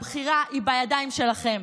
הבחירה היא בידיים שלכם,